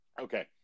Okay